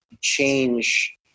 change